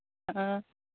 ꯑꯥ